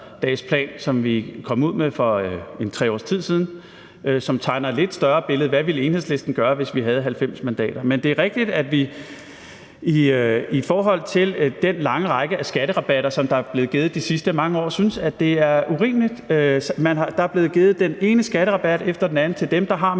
100-dagesplan, som vi kom ud med for 3 år siden, som tegner et lidt større billede af, hvad Enhedslisten ville gøre, hvis vi havde 90 mandater. Men det er rigtigt, at vi i forhold til den lange række skatterabatter, der er blevet givet i de sidste mange år, synes, at det er urimeligt. Der er blevet givet den ene skatterabat efter den anden til dem, der har mest,